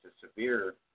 severe